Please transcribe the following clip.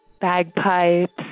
bagpipes